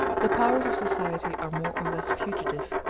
the powers of society are more or less fugitive,